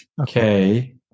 Okay